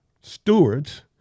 stewards